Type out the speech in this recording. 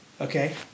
okay